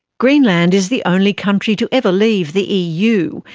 greenland is the only country to ever leave the eu,